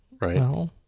right